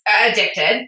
addicted